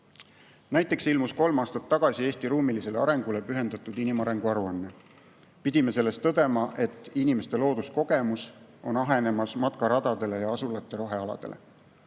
Näiteks ilmus kolm aastat tagasi Eesti ruumilisele arengule pühendatud inimarengu aruanne. Pidime selles tõdema, et inimeste looduskogemus on ahenemas, [piirdudes] matkaradade ja asulate rohealadega.